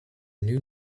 new